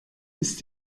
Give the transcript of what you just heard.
ist